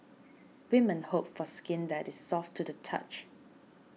women hope for skin that is soft to the touch